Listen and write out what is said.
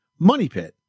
MONEYPIT